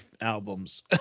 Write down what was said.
albums